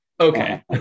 Okay